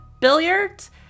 billiards